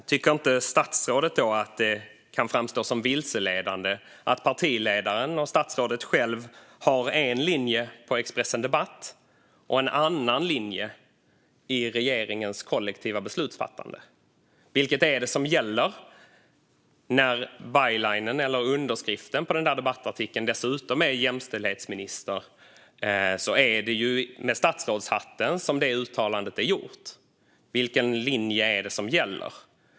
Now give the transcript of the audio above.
Tycker inte statsrådet att det kan framstå som vilseledande att partiledaren och statsrådet har en linje på Expressen Debatt och en annan linje i regeringens kollektiva beslutsfattande? Vilket är det som gäller? Debattartikeln är underskriven av jämställdhetsministern, så det är med statsrådshatten uttalandet är gjort. Vilken linje är det som gäller?